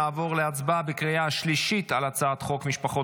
נעבור להצבעה בקריאה שלישית על הצעת חוק משפחות